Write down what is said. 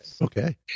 Okay